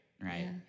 right